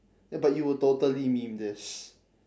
ya but you will totally meme this